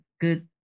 good